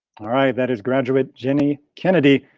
all right, that is graduate genny kennedy,